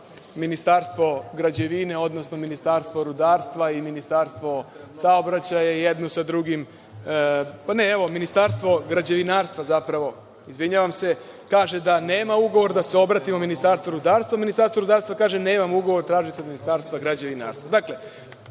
Ministarstvo građevine, odnosno Ministarstvo rudarstva i Ministarstvo saobraćaja, pa ne evo, Ministarstvo građevinarstva zapravo, izvinjavam se, kaže da nema ugovor da se obratimo Ministarstvu rudarstva, Ministarstvo rudarstva kaže – nemamo ugovor, tražite od Ministarstva građevinarstva. Dakle,